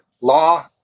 law